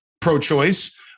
pro-choice